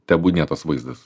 tebūnie tas vaizdas